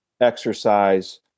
exercise